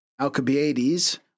Alcibiades